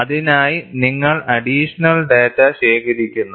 അതിനായ് നിങ്ങൾ additional data ശേഖരിക്കുന്നു